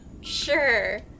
Sure